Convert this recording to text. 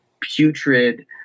putrid